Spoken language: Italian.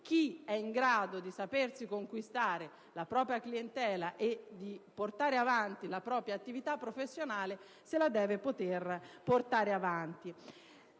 chi è in grado di sapersi conquistare la propria clientela e di portare avanti la propria attività professionale deve poterlo fare.